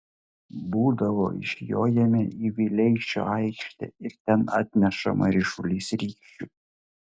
būdavo išjojame į vileišio aikštę ir ten atnešama ryšulys rykščių